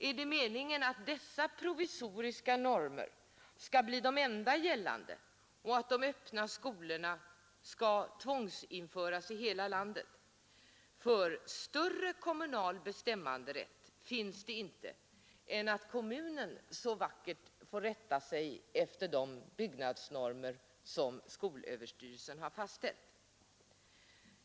Är det meningen att dessa provisoriska normer skall bli de enda gällande och att de öppna skolorna skall tvångsinföras i hela landet? För större kommunal bestämmanderätt finns inte än att kommunen så vackert får rätta sig efter de byggnadsnormer som skolöverstyrelsen har fastställt.